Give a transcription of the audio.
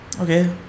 Okay